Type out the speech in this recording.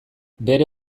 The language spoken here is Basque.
bere